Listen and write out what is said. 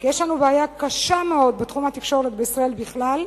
כי יש לנו בעיה קשה מאוד בתחום התקשורת בישראל בכלל,